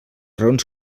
raons